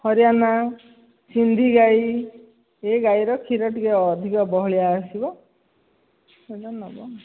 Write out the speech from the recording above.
ହରିୟାନା ସିନ୍ଧି ଗାଈ ଏ ଗାଈର କ୍ଷୀର ଟିକିଏ ଅଧିକ ବହଳିଆ ଆସିବ ସେଇଟା ନେବ ଆଉ